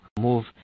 move